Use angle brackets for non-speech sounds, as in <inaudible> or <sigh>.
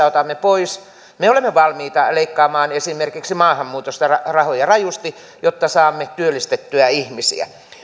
<unintelligible> otamme pois me olemme valmiita leikkaamaan esimerkiksi maahanmuutosta rahoja rajusti jotta saamme työllistettyä ihmisiä